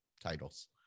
titles